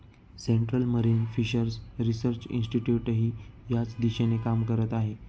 central marine fishers research इन्स्टिट्यूटही याच दिशेने काम करत आहे